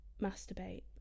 masturbate